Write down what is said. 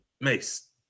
Mace